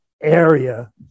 area